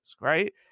right